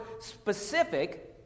specific